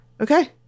Okay